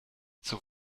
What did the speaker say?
zur